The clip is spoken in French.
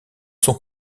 sont